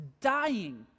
dying